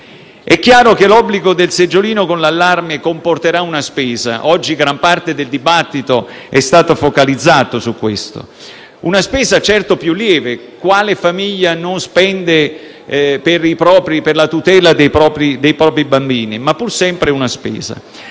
È chiaro che l'obbligo del seggiolino con l'allarme comporterà una spesa. E oggi gran parte del dibattito è stato focalizzato su questo aspetto. È una spesa certo più lieve - quale famiglia non spende per la tutela dei propri bambini? - ma è pur sempre una spesa.